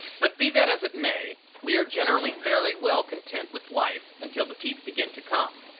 but be that as it may, we are generally fairly well content with life until the teeth begin to come.